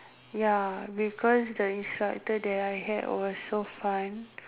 ya because the instructor that I had was so fun